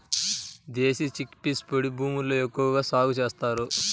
దేశీ chickpeas పొడి భూముల్లో ఎక్కువగా సాగు చేస్తారు